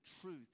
truth